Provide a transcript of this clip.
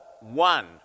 one